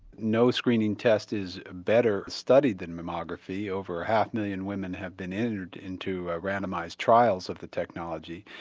no screening test is better studied than mammography. over half million women have been entered into ah randomised trials of the technology.